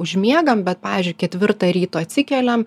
užmiegam bet pavyzdžiui ketvirtą ryto atsikeliam